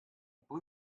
poi